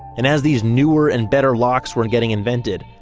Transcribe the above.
and as these newer and better locks were getting invented,